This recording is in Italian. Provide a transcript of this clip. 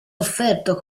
offerto